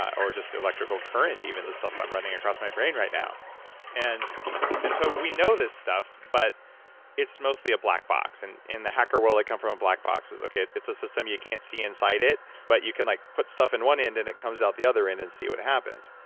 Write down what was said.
or just electrical current, even, the stuff i'm running across my brain right now and and so we know this stuff, but it's mostly a black box. and in the hacker world i come from a black box, it's a system. you can't see inside it, but you can like put stuff in one end, and it comes out the other end, and see what happens.